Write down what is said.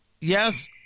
Yes